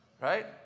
right